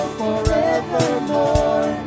forevermore